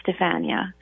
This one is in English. Stefania